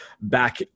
back